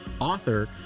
author